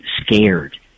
scared